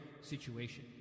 situation